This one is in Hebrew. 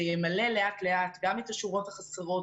זה ימלא לאט לאט גם את השורות החסרות,